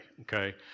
Okay